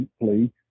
deeply